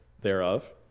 thereof